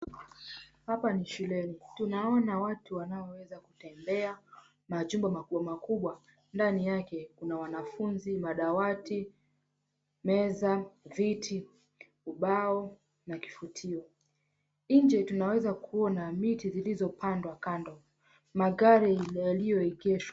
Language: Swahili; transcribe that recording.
Hapa ni shuleni. Tunaona watu wanaoweza kutembea, majumba makubwa makubwa ndani yake kuna wanafunzi, madawati, meza, viti, ubao na kifutio. 𝑁𝑗e tunaweza kuona miti zilizopandwa kando, magari yaliyoegeshwa.